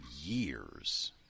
years